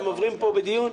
הם עוברים פה בדיון.